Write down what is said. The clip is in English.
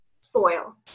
soil